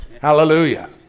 Hallelujah